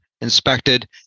inspected